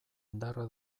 indarra